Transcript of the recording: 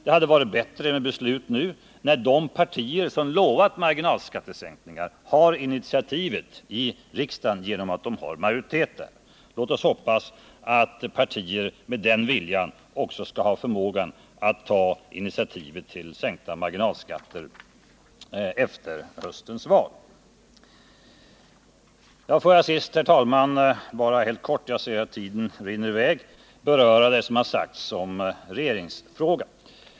Det hade varit bättre med ett beslut nu, när de partier som lovat marginalskattesänkningar har möjlighet att besluta i riksdagen genom att de har majoritet där. Låt oss hoppas att partier med den viljan också skall ha förmågan att ta initiativet till sänkta marginalskatter efter höstens val. Jag ser att tiden rinner i väg, herr talman, men får jag bara till sist beröra det som sagts om regeringsfrågan.